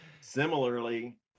Similarly